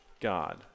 God